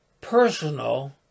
personal